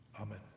Amen